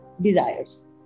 desires